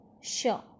Sure